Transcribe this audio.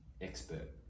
expert